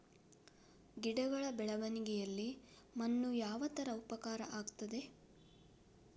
ಗಿಡಗಳ ಬೆಳವಣಿಗೆಯಲ್ಲಿ ಮಣ್ಣು ಯಾವ ತರ ಉಪಕಾರ ಆಗ್ತದೆ?